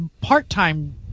part-time